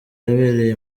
yabereye